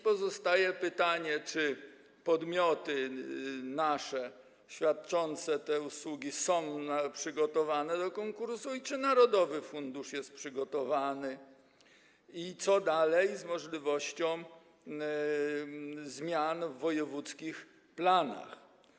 Pozostaje pytanie, czy nasze podmioty świadczące te usługi są przygotowane do konkursu, czy narodowy fundusz jest do tego przygotowany i co dalej z możliwością zmian w wojewódzkich planach.